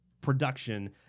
production